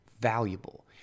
valuable